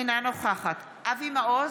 אינה נוכחת אבי מעוז,